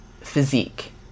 physique